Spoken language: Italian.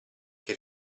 che